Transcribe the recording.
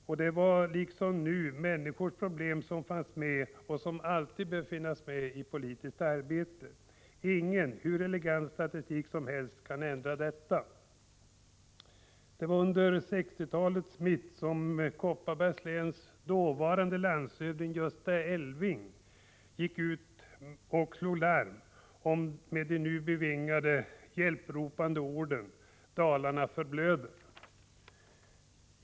Och då liksom nu var det människors problem som fanns med och alltid bör finnas med i politiskt arbete. Ingen statistik, hur elegant som helst, kan ändra detta. Det var under 1960-talets mitt som Kopparbergs läns dåvarande landshövding Gösta Elving slog larm med de nu bevingade hjälpropande orden ”Dalarna förblöder”.